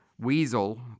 weasel